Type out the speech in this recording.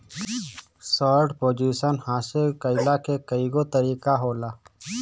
short position हासिल कईला के कईगो तरीका होला